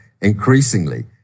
increasingly